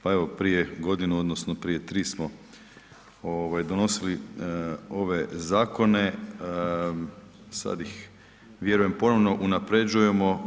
Pa evo prije godinu, odnosno prije 3 smo donosili ove zakone, sad ih vjerujem ponovno unapređujemo.